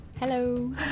Hello